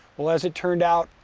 well as it turned out,